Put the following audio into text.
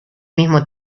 mismo